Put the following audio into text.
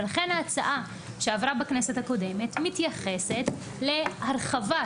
לכן ההגדרה שעברה בכנסת הקודמת מתייחסת להרחבת